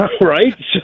Right